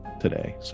today